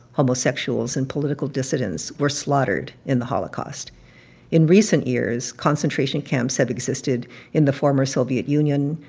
homosexuals and political dissidents, were slaughtered in the holocaust in recent years, concentration camps have existed in the former soviet union,